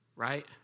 right